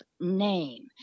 name